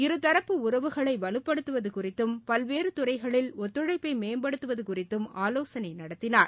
இருதரப்பு உறவுகளை வலுப்படுத்துவது குறித்தும் பல்வேறு துறைகளில் ஒத்துழைப்பை மேம்படுத்துவது குறித்தும் ஆலோசனை நடத்தினார்